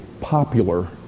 popular